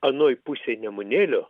anoj pusėj nemunėlio